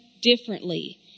differently